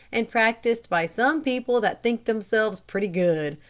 and practised by some people that think themselves pretty good.